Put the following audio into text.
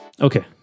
Okay